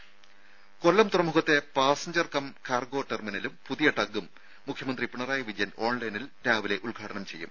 രും കൊല്ലം തുറമുഖത്തെ passenger cum cargo ടെർമിനലും പുതിയ ടഗ്ഗും മുഖ്യമന്ത്രി പിണറായി വിജയൻ ഓൺലൈനിൽ രാവിലെ ഉദ്ഘാടനം ചെയ്യും